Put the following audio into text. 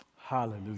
Hallelujah